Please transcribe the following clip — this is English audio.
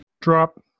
Drop